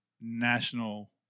National